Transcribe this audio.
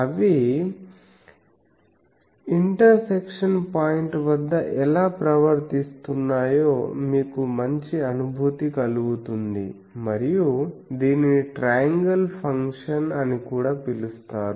అవి intersection point వద్ద ఎలా ప్రవర్తిస్తున్నాయో మీకు మంచి అనుభూతి కలుగుతుంది మరియు దీనిని ట్రయాంగిల్ ఫంక్షన్ అని కూడా పిలుస్తారు